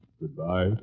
goodbye